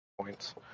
Points